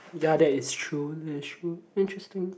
ya that is true that is true interesting